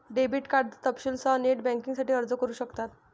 debit card तपशीलांसह net बँकिंगसाठी अर्ज करू शकतात